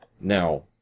Now